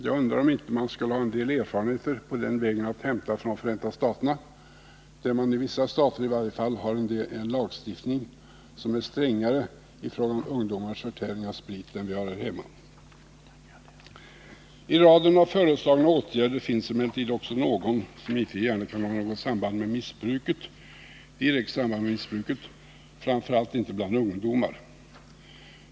Jag undrar om man inte skulle ha en del erfarenheter att hämta från Förenta staterna, där man i varje fall i vissa stater har en lagstiftning som är strängare i fråga om ungdomars förtäring av sprit än den vi har här hemma. I raden av föreslagna åtgärder finns emellertid också någon, som icke gärna kan ha direkt samband med missbruket, framför allt icke bland ungdomar.